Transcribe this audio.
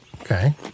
Okay